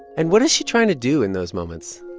and what is she trying to do in those moments?